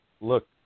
look